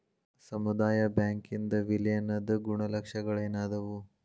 ಸಮುದಾಯ ಬ್ಯಾಂಕಿಂದ್ ವಿಲೇನದ್ ಗುಣಲಕ್ಷಣಗಳೇನದಾವು?